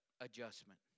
adjustment